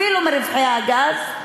אפילו מרווחי הגז,